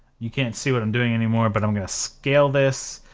you can't see what i'm doing anymore, but i'm gonna scale this,